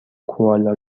کوالا